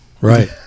right